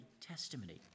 testimony